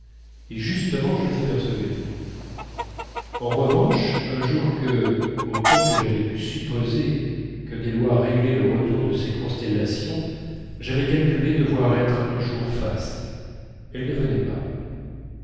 et justement je les apercevais en revanche un jour où autant que j'avais pu supposer que des lois réglaient le retour de ces constellations j'avais calculé devoir être un jour faste elles ne venaient pas